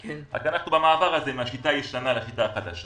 אבל כרגע אנחנו במעבר מהשיטה הישנה לשיטה החדשה.